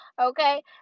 okay